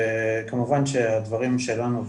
כמובן שהדברים שלנו,